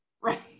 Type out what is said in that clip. right